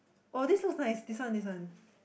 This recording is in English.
oh that's not nice this one this one